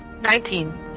Nineteen